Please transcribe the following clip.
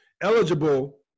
eligible